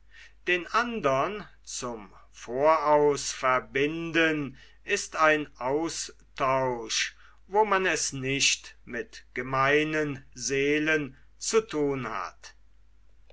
den andern zum voraus verbinden ist ein austausch wo man es nicht mit gemeinen seelen zu thun hat